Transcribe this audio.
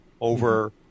over